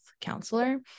counselor